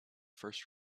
first